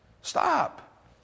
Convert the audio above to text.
Stop